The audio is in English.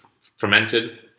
fermented